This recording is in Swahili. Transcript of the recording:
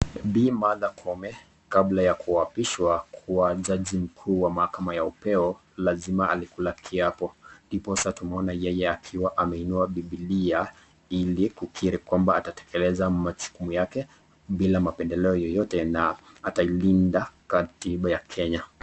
Bi Martha Koome, kabla ya kuwapishwa kuwa jaji mkuu wa mahakama peo lazima alikula kiapo, ndipoa tunaona yeye ameinuwa bibilia ili kunakiri kwamba atatekeleza majukumu yake, bila mapendeleo yeyote na atailinda katiba ya Kenya.